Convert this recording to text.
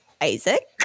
Isaac